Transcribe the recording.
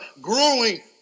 growing